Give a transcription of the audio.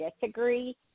disagree